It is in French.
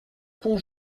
pont